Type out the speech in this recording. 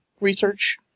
Research